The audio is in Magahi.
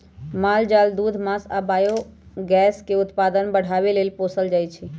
माल जाल दूध मास आ बायोगैस के उत्पादन बढ़ाबे लेल पोसल जाइ छै